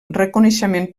reconeixement